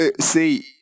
See